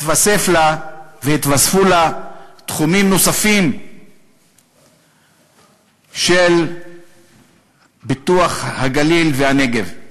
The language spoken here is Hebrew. התווסף לה והתווספו לה תחומים נוספים של פיתוח הגליל והנגב.